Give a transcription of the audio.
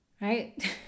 right